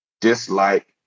dislike